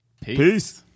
Peace